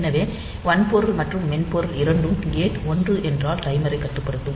எனவே வன்பொருள் மற்றும் மென்பொருள் இரண்டும் கேட் ஒன்று என்றால் டைமரைக் கட்டுப்படுத்தும்